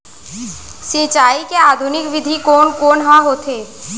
सिंचाई के आधुनिक विधि कोन कोन ह होथे?